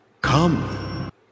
come